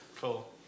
Cool